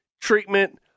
treatment